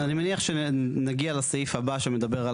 אז אני מניח שנגיע לסעיף הבא שמדבר על